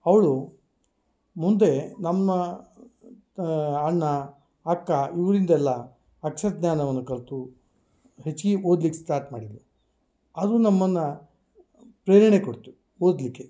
ಅವಳು ಮುಂದೆ ನಮ್ಮ ಅಣ್ಣ ಅಕ್ಕ ಇವರಿಂದೆಲ್ಲ ಅಕ್ಷರ ಜ್ಞಾನವನ್ನು ಕಲಿತು ಹೆಚ್ಗೆ ಓದ್ಲಿಕ್ಕೆ ಸ್ಟಾರ್ಟ್ ಮಾಡಿದ್ಳು ಅದು ನಮ್ಮನ್ನು ಪ್ರೇರಣೆ ಕೊಡ್ತು ಓದಲಿಕ್ಕೆ